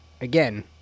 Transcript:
Again